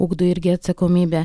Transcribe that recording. ugdo irgi atsakomybę